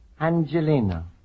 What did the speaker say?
Angelina